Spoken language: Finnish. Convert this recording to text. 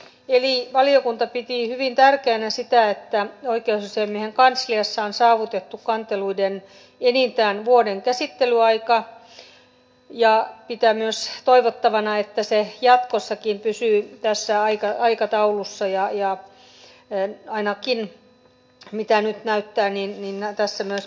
eli valiokunta piti hyvin tärkeänä sitä että oikeusasiamiehen kansliassa on saavutettu kanteluissa enintään vuoden käsittelyaika ja pitää myös toivottavana että se jatkossakin pysyy tässä aikataulussa ja ainakin sen perusteella miltä nyt näyttää tässä myös pysytään